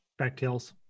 Backtails